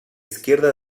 izquierda